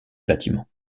bâtiments